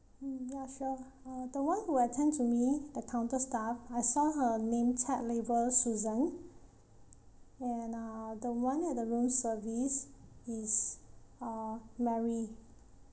mm ya sure uh the one who attend to me the counter staff I saw her name tag labelled susan and uh the one at the room service is uh mary